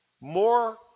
more